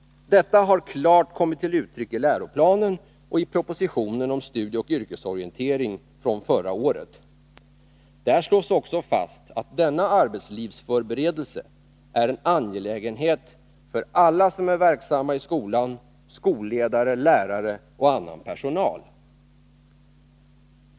Detta har klart kommit till uttryck i läroplanen och i propositionen om studieoch yrkesorientering från förra året. Där slås också fast att denna arbetslivsförberedelse är en angelägenhet för alla som är verksamma i skolan — skolledare, lärare och annan personal.